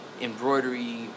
embroidery